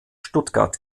stuttgart